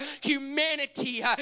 humanity